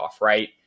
right